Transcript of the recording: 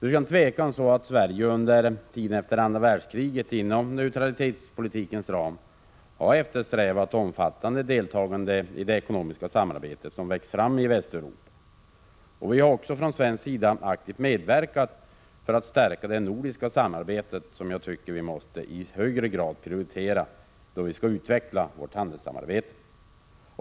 Utan tvivel har Sverige under tiden efter andra världskriget inom neutralitetspolitikens ram eftersträvat ett omfattande deltagande i det ekonomiska samarbete som har växt fram i Västeuropa. Vi har från svensk sida aktivt medverkat till att stärka det nordiska samarbetet, som jag tycker att vi i högre grad måste prioritera då vi skall utveckla vårt handelssamarbete.